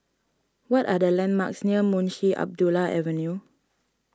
what are the landmarks near Munshi Abdullah Avenue